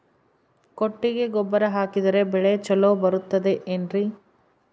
ಕೊಟ್ಟಿಗೆ ಗೊಬ್ಬರ ಹಾಕಿದರೆ ಬೆಳೆ ಚೊಲೊ ಬರುತ್ತದೆ ಏನ್ರಿ?